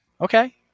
Okay